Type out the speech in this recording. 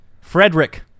Frederick